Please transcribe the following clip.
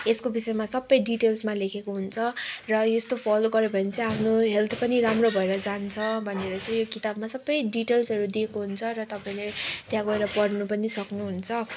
यसको विषयमा सबै डिटेल्समा लेखेको हुन्छ र यस्तो फलो गऱ्यो भने चाहिँ हाम्रो हेल्थ पनि राम्रो भएर जान्छ भनेर चाहिँ यो किताबमा सबै डिटेल्सहरू दिइएको हुन्छ र तपाईँले त्यहाँ गएर पढ्नु पनि सक्नुहुन्छ